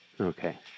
Okay